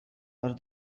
are